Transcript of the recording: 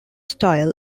style